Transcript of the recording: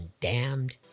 damned